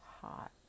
hot